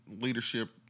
leadership